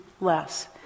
less